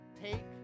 take